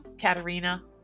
Katerina